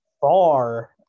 far